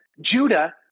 Judah